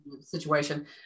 situation